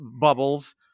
bubbles